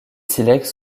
silex